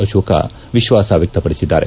ಅಶೋಕ ವಿಶ್ಲಾಸ ವ್ಯಕ್ತಪಡಿಸಿದ್ದಾರೆ